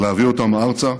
להביא אותם ארצה